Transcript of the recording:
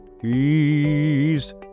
please